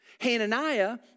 Hananiah